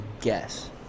guess